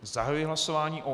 Zahajuji hlasování o N15.